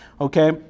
Okay